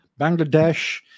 Bangladesh